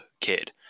Kid